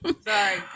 Sorry